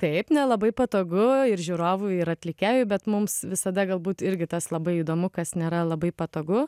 taip nelabai patogu ir žiūrovui ir atlikėjui bet mums visada galbūt irgi tas labai įdomu kas nėra labai patogu